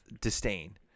disdain